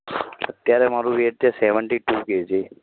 અત્યારે મારું વેઇટ છે સેવન્ટી ટુ કેજી